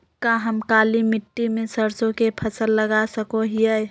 का हम काली मिट्टी में सरसों के फसल लगा सको हीयय?